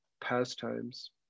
pastimes